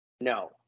No